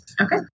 Okay